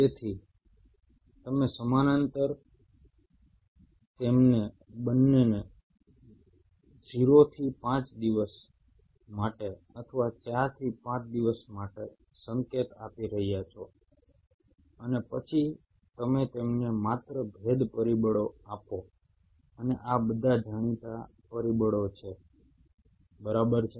તેથી તમે સમાંતર તેમને બંનેને 0 થી 5 દિવસ માટે અથવા 4 થી 5 દિવસ માટે સંકેત આપી રહ્યા છો અને પછી તમે તેમને માત્ર ભેદ પરિબળો આપો અને આ બધા જાણીતા પરિબળો છે બરાબર છે